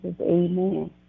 amen